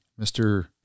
Mr